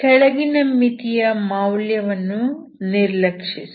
ಕೆಳಗಿನ ಮಿತಿ ಯ ಮೌಲ್ಯವನ್ನು ನಿರ್ಲಕ್ಷಿಸಿ